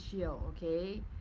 okay